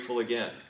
again